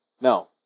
No